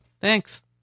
Thanks